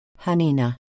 Hanina